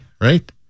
right